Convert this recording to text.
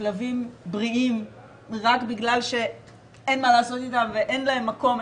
כלבים בריאים רק בגלל שאין מה לעשות איתם ואין להם מקום,